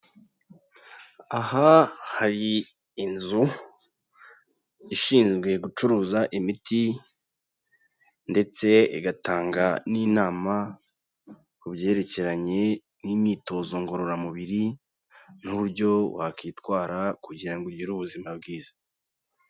Aha hari inzu ishinzwe gucuruza imiti ndetse igatanga n'inama ku byerekeranye n'imyitozo ngororamubiri n'uburyo wakitwara kugira ngo ugire ubuzima bwiza.